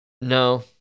No